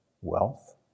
wealth